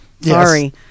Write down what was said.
Sorry